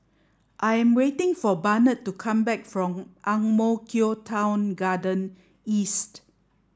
I am waiting for Barnett to come back from Ang Mo Kio Town Garden East